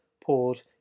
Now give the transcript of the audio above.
poured